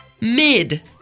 mid